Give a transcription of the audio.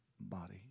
body